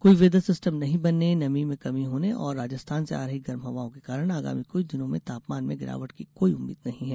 कोई weather system नहीं बनने नमी में कमी होने और राजस्थान से आ रही गर्म हवाओं के कारण आगामी कुछ दिनों में तापमान में गिरावट की कोई उम्मीद नहीं है